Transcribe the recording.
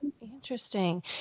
interesting